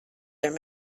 their